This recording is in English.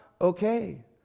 okay